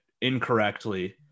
incorrectly